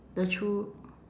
the chil~